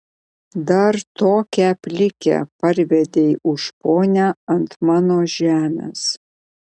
dar tokią plikę parvedei už ponią ant mano žemės